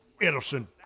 Edison